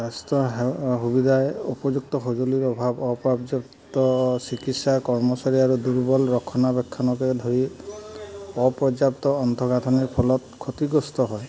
স্বাস্থ্য সেৱা সুবিধাই উপযুক্ত সঁজুলিৰ অভাৱ অপৰ্যাপ্ত চিকিৎসা কৰ্মচাৰী আৰু দূৰ্বল ৰক্ষণাবেক্ষণকে ধৰি অপৰ্যাপ্ত আন্তঃগাঁথনিৰ ফলত ক্ষতিগ্ৰস্ত হয়